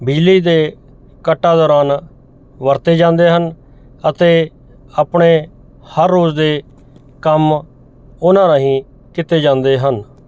ਬਿਜਲੀ ਦੇ ਕੱਟਾਂ ਦੌਰਾਨ ਵਰਤੇ ਜਾਂਦੇ ਹਨ ਅਤੇ ਆਪਣੇ ਹਰ ਰੋਜ਼ ਦੇ ਕੰਮ ਉਹਨਾਂ ਰਾਹੀਂ ਕੀਤੇ ਜਾਂਦੇ ਹਨ